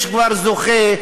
יש כבר זוכה,